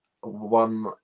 one